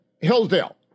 Hillsdale